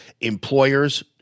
employers